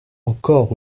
encore